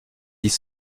dix